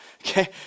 okay